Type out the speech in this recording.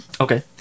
okay